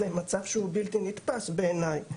זה מצב שהוא בלתי נתפס בעיני.